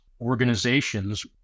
organizations